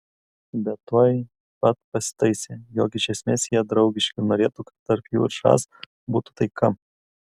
bet tuoj pat pasitaisė jog iš esmės jie draugiški ir norėtų kad tarp jų ir žas būtų taika